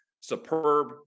superb